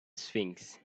sphinx